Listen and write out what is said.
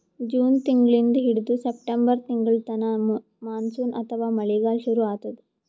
June ತಿಂಗಳಿಂದ್ ಹಿಡದು September ತಿಂಗಳ್ತನಾ ಮಾನ್ಸೂನ್ ಅಥವಾ ಮಳಿಗಾಲ್ ಶುರು ಆತದ್